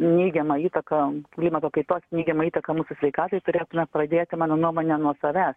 neigiamą įtaką klimato kaitos neigiamą įtaką mūsų sveikatai turėtume pradėti mano nuomone nuo savęs